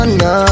no